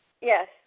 Yes